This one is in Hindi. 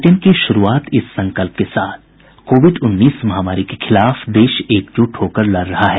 बुलेटिन की शुरूआत इस संकल्प के साथ कोविड उन्नीस महामारी के खिलाफ देश एकजुट होकर लड़ रहा है